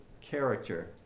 character